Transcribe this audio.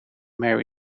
mary